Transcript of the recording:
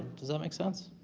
does that make sense?